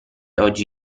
oggi